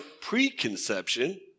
preconception